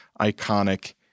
iconic